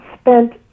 spent